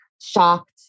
shocked